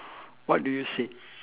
what do you say